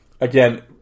again